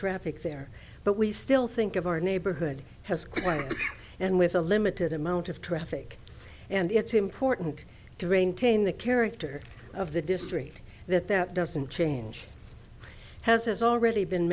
traffic there but we still think of our neighborhood has quite and with a limited amount of traffic and it's important during tain the character of the district that that doesn't change has already been